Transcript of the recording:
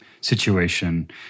situation